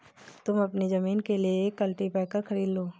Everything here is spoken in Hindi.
तुम अपनी जमीन के लिए एक कल्टीपैकर खरीद लो